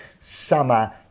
summer